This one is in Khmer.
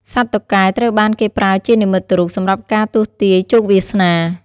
សត្វតុកែត្រូវបានគេប្រើជានិមិត្តរូបសម្រាប់ការទស្សន៍ទាយជោគវាសនា។